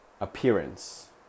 appearance